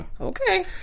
Okay